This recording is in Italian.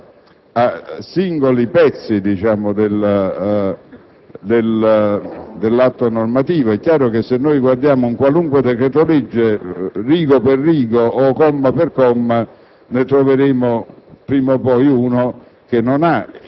per l'urgenza e la necessità, a singole parti dell'atto normativo. È chiaro che, se esaminiamo qualunque decreto-legge, rigo per rigo o comma per comma, ne troveremo